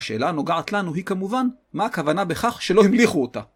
השאלה הנוגעת לנו היא כמובן, מה הכוונה בכך שלא המליכו אותה?